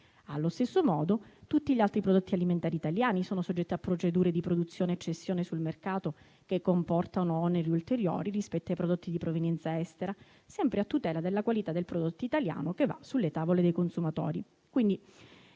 Allo stesso modo, tutti gli altri prodotti alimentari italiani sono soggetti a procedure di produzione e cessione sul mercato, che comportano oneri ulteriori rispetto ai prodotti di provenienza estera, sempre a tutela della qualità del prodotto italiano che va sulle tavole dei consumatori.